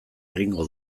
egingo